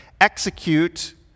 execute